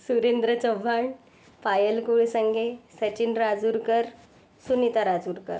Surendra Chavan Payal Kulsange Sachin Rajurkar Sunita Rajurkar